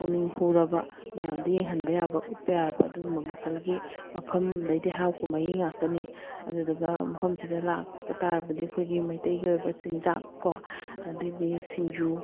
ꯄꯨꯛꯅꯤꯡ ꯍꯨꯔꯕ ꯃꯌꯥꯝꯗ ꯌꯦꯡꯍꯟꯕ ꯌꯥꯕ ꯎꯠꯄ ꯌꯥꯔꯕ ꯑꯗꯨꯒꯨꯝꯕ ꯃꯈꯜꯒꯤ ꯃꯐꯝ ꯑꯗꯩꯗꯤ ꯍꯔꯥꯎ ꯀꯨꯝꯍꯩ ꯉꯥꯛꯇꯅꯤ ꯑꯗꯨꯗꯨꯒ ꯃꯐꯝꯁꯤꯗ ꯂꯥꯛꯄ ꯇꯥꯔꯕꯗꯤ ꯑꯩꯈꯣꯏꯒꯤ ꯃꯩꯇꯩꯒꯤ ꯑꯣꯏꯕ ꯆꯤꯟꯖꯥꯛꯀꯣ ꯑꯗꯩꯗꯤ ꯁꯤꯡꯖꯨ